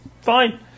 fine